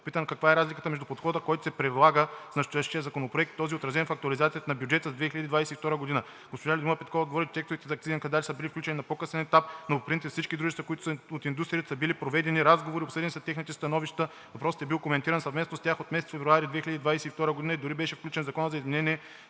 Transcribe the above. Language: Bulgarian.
Попита каква е разликата между подхода, който се предлага с настоящия законопроект, и този, отразен в актуализацията на държавния бюджет за 2022 г. Госпожа Людмила Петкова отговори, че текстовете за акцизния календар са били включени на по-късен етап, но по принцип с всички дружества, които са от индустрията, са били проведени разговори, обсъдени са техните становища. Въпросът е бил коментиран съвместно с тях от месец февруари 2022 г. и е включен в Закона за изменение